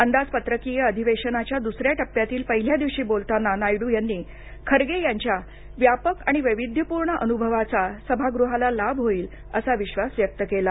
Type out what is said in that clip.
अंदाजपत्रकीय अधिवेशनाच्या दुसऱ्या टप्प्यातील पहिल्या दिवशी बोलताना नायडु यांनी खरगे यांच्या व्यापक आणि वैविध्यपूर्ण अनुभवाचा सभागृहाला लाभ होईल असा विश्वास व्यक्त केला